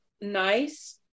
nice